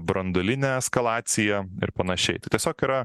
branduolinę eskalaciją ir panašiai tai tiesiog yra